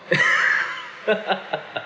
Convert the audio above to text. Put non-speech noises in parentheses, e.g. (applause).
(laughs)